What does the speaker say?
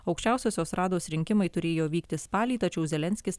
aukščiausiosios rados rinkimai turėjo vykti spalį tačiau zelenskis